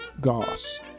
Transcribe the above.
Goss